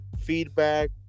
feedback